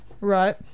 right